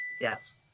Yes